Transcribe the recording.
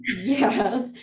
Yes